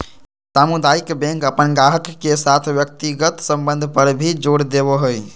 सामुदायिक बैंक अपन गाहक के साथ व्यक्तिगत संबंध पर भी जोर देवो हय